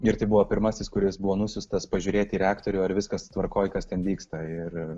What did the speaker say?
ir tai buvo pirmasis kuris buvo nusiųstas pažiūrėti reaktorių ar viskas tvarkoj kas ten vyksta ir